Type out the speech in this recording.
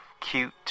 cute